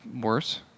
Worse